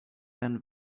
and